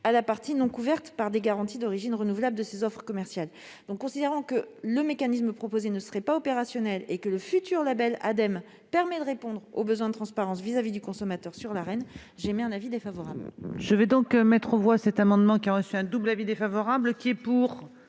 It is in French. à la partie non couverte par des garanties d'origine renouvelable de ses offres commerciales. Considérant que le mécanisme proposé ne serait pas opérationnel et que le futur label de l'Ademe permet de répondre au besoin de transparence vis-à-vis du consommateur sur l'Arenh, j'émets un avis défavorable.